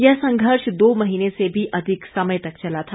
यह संघर्ष दो महीने से भी अधिक समय तक चला था